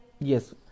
yes